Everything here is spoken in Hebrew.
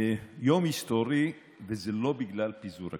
יום היסטורי, וזה לא בגלל פיזור הכנסת,